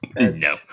No